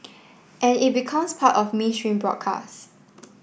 and it becomes part of mainstream broadcast